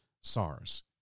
SARS